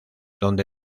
donde